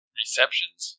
receptions